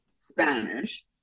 Spanish